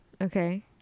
Okay